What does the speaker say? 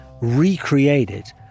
recreated